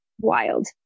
wild